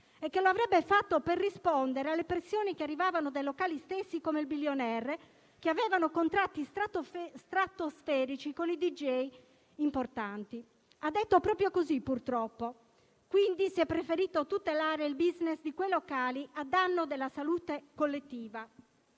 e che l'avrebbe fatto per rispondere alle pressioni che arrivavano dai locali stessi, come il Billionaire, che avevano contratti stratosferici con dj importanti. Ha detto proprio così, purtroppo. Si è quindi preferito tutelare il *business* di quei locali a danno della salute collettiva.